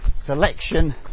selection